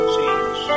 change